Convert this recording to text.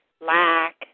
lack